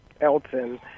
Elton